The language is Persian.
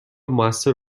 موثر